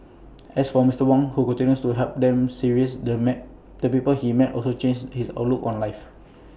as for Mister Wong who continues to helm them series the met the people he met also changed his outlook on life